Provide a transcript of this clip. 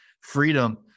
freedom